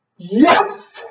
Yes